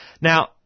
Now